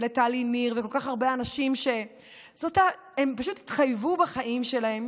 לטלי ניר ולכל כך הרבה אנשים שפשוט התחייבו בחיים שלהם